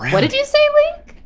what did you say, link?